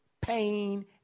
pain